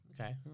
Okay